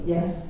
Yes